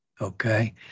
okay